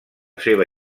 seva